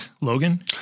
Logan